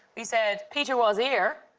we said peter was here.